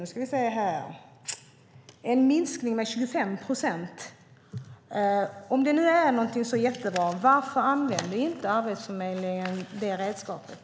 Det har skett en minskning med 25 procent. Om det nu är så jättebra, varför använder inte Arbetsförmedlingen det redskapet?